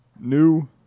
new